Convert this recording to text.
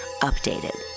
Updated